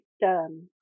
done